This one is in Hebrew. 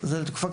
זה גם מופיע בחוק